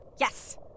Yes